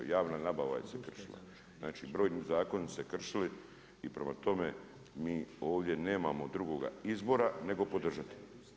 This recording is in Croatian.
Javna nabava se kršila, znači brojni zakoni su se kršili i prema tome mi ovdje nemamo drugoga izbora nego podržati.